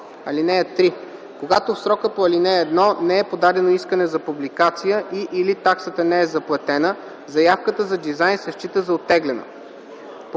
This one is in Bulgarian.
ал. 1. (3) Когато в срока по ал. 1 не е подадено искане за публикация и/или таксата не е заплатена, заявката за дизайн се счита за оттеглена.